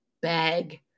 bag